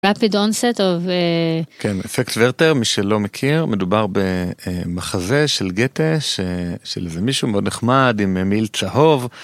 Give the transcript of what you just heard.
רפיד כן, אפקט ורטר מי שלא מכיר מדובר במחזה של גטה של איזה מישהו מאוד נחמד עם מעיל צהוב.